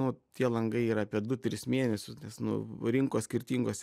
nu tie langai yra apie du tris mėnesius nes nu rinkos skirtingos